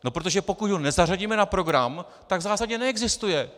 No protože pokud ho nezařadíme na program, tak v zásadě neexistuje.